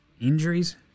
Injuries